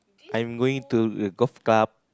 I'm going to the golf club